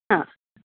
ആ